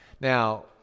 Now